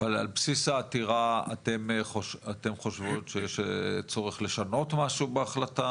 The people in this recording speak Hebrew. אבל על בסיס העתירה אתן חושבות שיש צורך לשנות משהו בהחלטה,